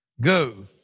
Go